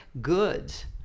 goods